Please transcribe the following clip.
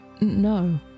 No